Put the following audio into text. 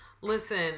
Listen